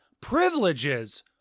privileges